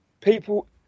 People